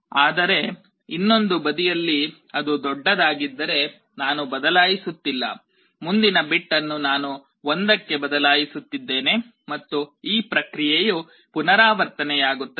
ಆದರೆ ಇನ್ನೊಂದು ಬದಿಯಲ್ಲಿ ಅದು ದೊಡ್ಡದಾಗಿದ್ದರೆ ನಾನು ಬದಲಾಯಿಸುತಿಲ್ಲ ಮುಂದಿನ ಬಿಟ್ ಅನ್ನು ನಾನು 1 ಕ್ಕೆ ಬದಲಾಯಿಸುತ್ತಿದ್ದೇನೆ ಮತ್ತು ಈ ಪ್ರಕ್ರಿಯೆಯು ಪುನರಾವರ್ತನೆಯಾಗುತ್ತದೆ